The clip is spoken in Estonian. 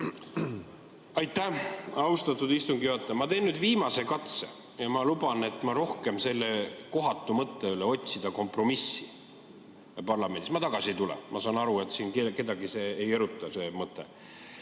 Aitäh, austatud istungi juhataja! Ma teen nüüd viimase katse ja ma luban, et ma rohkem selle kohatu mõtte juurde – otsida kompromissi parlamendis – tagasi ei tule. Ma saan aru, et siin kedagi see mõte ei eruta, kuna tuleb